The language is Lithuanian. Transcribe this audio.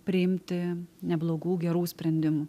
priimti neblogų gerų sprendimų